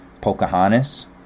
Pocahontas